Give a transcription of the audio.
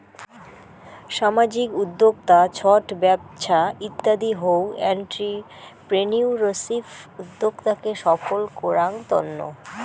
সামাজিক উদ্যক্তা, ছট ব্যবছা ইত্যাদি হউ এন্ট্রিপ্রেনিউরশিপ উদ্যোক্তাকে সফল করাঙ তন্ন